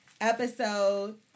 episode